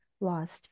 lost